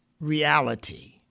reality